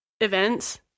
events